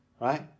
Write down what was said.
Right